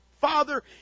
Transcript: father